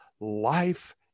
life